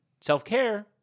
Self-care